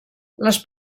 les